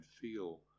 feel